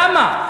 למה?